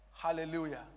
Hallelujah